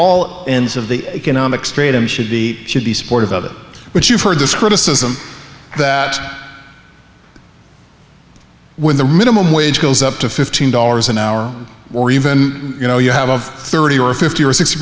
all ends of the economic strait and should be should be supportive of it but you've heard this criticism that when the rhythm wage goes up to fifteen dollars an hour or even you know you have thirty or fifty or sixty